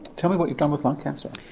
tell me what you've done with lung cancer.